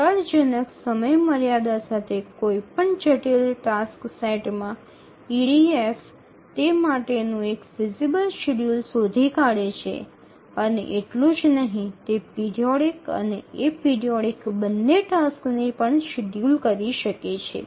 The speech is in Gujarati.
પડકારજનક સમયમર્યાદા સાથે કોઈપણ જટિલ ટાસક્સ સેટ માં ઇડીએફ તે માટેનું એક ફિઝિબલ શેડ્યૂલ શોધી શકે છે અને એટલું જ નહીં તે પિરિયોડિક અને એપરિઓઇડિક બંને ટાસક્સને પણ શેડ્યૂલ કરી શકે છે